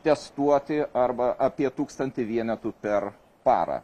testuoti arba apie tūkstantį vienetų per parą